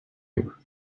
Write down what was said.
you